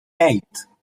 eight